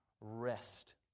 rest